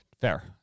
Fair